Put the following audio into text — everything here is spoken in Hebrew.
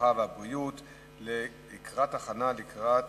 הרווחה והבריאות להכנתה לקראת